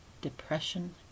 depression